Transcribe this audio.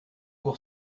pour